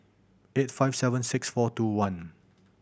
eight five seven six four two one